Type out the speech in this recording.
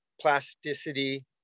plasticity